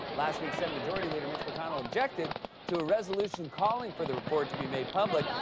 last week, senate majority leader mitch mcconnell objected to a resolution calling for the report to be made public,